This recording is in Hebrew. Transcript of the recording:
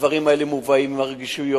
הדברים האלה מובאים עם הרגישויות.